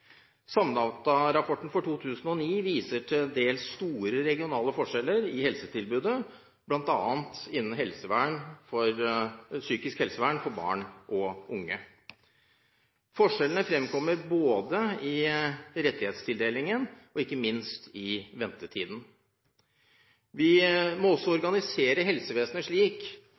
Samdatarapporten for 2009 viser til dels store regionale forskjeller i helsetilbudet, bl.a. innen psykisk helsevern for barn og unge. Forskjellene fremkommer både i rettighetstildelingen og ikke minst i ventetiden. Vi må også organisere helsevesenet slik